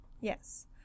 Yes